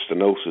stenosis